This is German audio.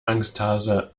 angsthase